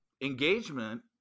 engagement